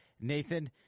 Nathan